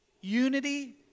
unity